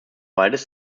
beides